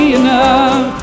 enough